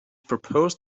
proposed